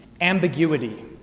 ambiguity